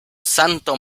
santo